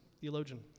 theologian